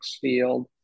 field